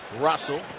Russell